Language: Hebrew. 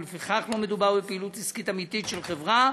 ולפיכך לא מדובר בפעילות עסקית אמיתית של חברה